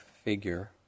figure